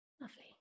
Lovely